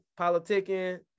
politicking